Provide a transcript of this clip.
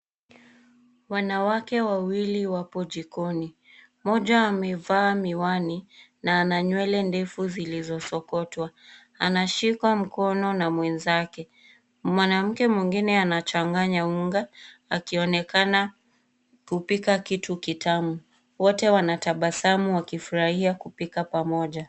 Wanawake wawili wapo jikoni, mmoja amevaa miwani na ana nywele ndefu zilizosokotwa. Anashikwa mkono na mwenzake. Mwanamke mwengine anachanganya unga akionekana kupika kitu kitamu. Wote wanatabasamu wakifurahia kupika pamoja.